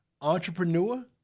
entrepreneur